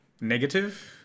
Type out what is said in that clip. negative